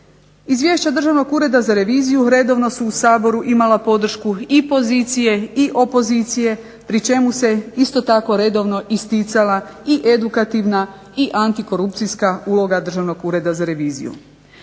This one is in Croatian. Izvješća Državnog ureda za reviziju redovno su u Saboru imala podršku i pozicije i opozicije, pri čemu se isto tako redovno isticala i edukativna i antikorupcijska uloga Državnog ureda za reviziju.